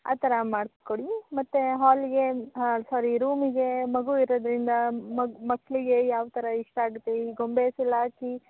ಆ ಥರ ಮಾಡ್ಸಿ ಕೊಡಿ ಮತ್ತು ಹಾಲಿಗೆ ಸ್ಸಾರಿ ರೂಮಿಗೆ ಮಗು ಇರೋದರಿಂದ ಮಗು ಮಕ್ಕಳಿಗೆ ಯಾವ ಥರ ಇಷ್ಟ ಆಗುತ್ತೆ ಈ ಗೊಂಬೇಸ್ ಎಲ್ಲ ಹಾಕಿ